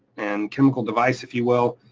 and chemical device, if you will,